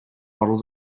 bottles